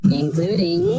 including